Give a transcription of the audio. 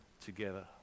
together